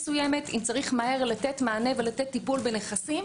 אם צריך לתת מענה מהר וטיפול בנכסים.